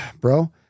bro